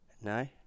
No